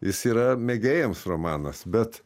jis yra mėgėjams romanas bet